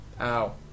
Ow